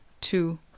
two